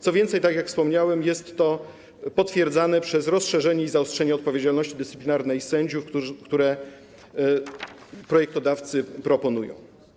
Co więcej, tak jak wspomniałem, jest to potwierdzane przez rozszerzenie i zaostrzenie odpowiedzialności dyscyplinarnej sędziów, które projektodawcy proponują.